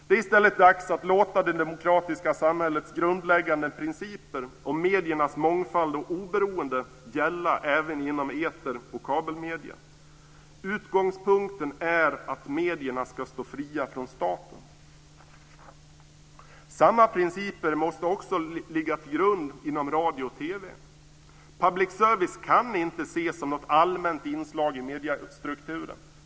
Det är i stället dags att låta det demokratiska samhällets grundläggande principer om mediernas mångfald och oberoende gälla även inom eter och kabelmedierna. Utgångspunkten är att medierna ska stå fria från staten. Samma principer måste också ligga till grund inom radio och TV. Public service kan inte ses som ett allmänt inslag i mediestrukturen.